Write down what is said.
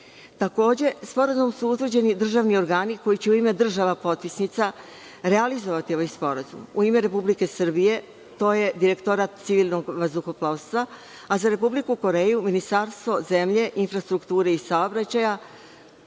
Takođe sporazumom su utvrđeni državni organi koji će u ime država potpisnica realizovati ovaj sporazum. U ime Republike Srbije to je Direktorat civilnog vazduhoplovstva, a za Republiku Koreju Ministarstvo zemlje, infrastrukture i saobraćaja.